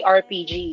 rpg